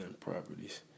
properties